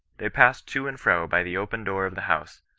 they passed to and fro by the open door of the house,